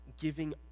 giving